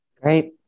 Great